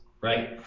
right